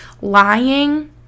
lying